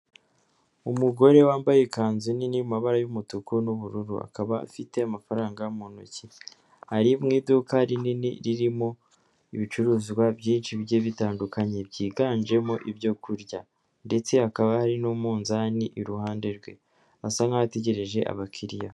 Umugore wambaye ikanzu nini iri mu mabara y'umutuku n'ubururu akaba afite amafaranga mu ntoki ari mu iduka rinini ririmo ibicuruzwa byinshi bigiye bitandukanye byiganjemo ibyo kurya ndetse hakaba hari n'umuzani iruhande rwe asa nk'aho ategereje abakiriya.